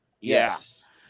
Yes